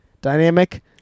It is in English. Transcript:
dynamic